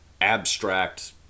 abstract